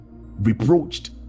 reproached